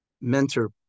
Mentor